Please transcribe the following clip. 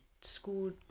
school